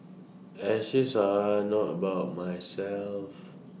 ashes are not about myself